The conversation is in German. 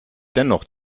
dennoch